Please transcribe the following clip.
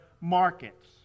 markets